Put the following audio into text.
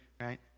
right